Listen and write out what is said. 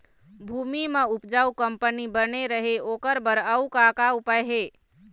भूमि म उपजाऊ कंपनी बने रहे ओकर बर अउ का का उपाय हे?